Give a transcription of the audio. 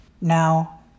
Now